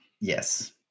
Yes